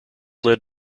led